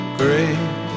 great